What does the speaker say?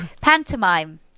Pantomime